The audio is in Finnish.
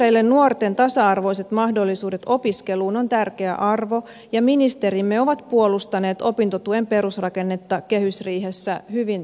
vihreille nuorten tasa arvoiset mahdollisuudet opiskeluun ovat tärkeä arvo ja ministerimme ovat puolustaneet opintotuen perusrakennetta kehysriihessä hyvin tuloksin